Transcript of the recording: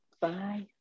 bye